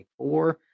24